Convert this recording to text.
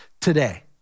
today